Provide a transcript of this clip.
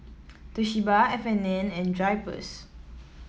Toshiba F and N and Drypers